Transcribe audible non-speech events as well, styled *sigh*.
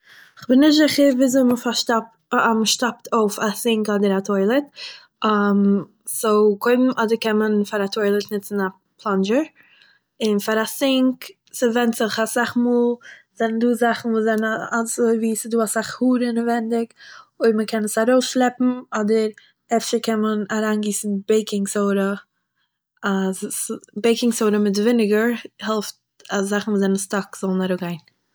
כ'בין נישט זיכער וויאזוי מען פארשטאפט אה- מ'שטאפט אויף א סינק אדער א טוילעט, *hesitation* סו, קודם אדער קען מען פאר א טוילעט ניצן א פלאנדזשער, און פאר א סינק - ס'ווענדט זיך אסאך מאל זענען דא זאכן וואס זענען אזויווי ס'זענען דא אסאך האר אינעווייניג, אויב מ'קען עס ארויסשלעפן, אדער אפשר קען מען אריינגיסן בעיקינג סודא אז ס- בעיקינג סודא מיט וויניגער העלפט אז זאכן וואס זענען סטאק זאלן אראפגיין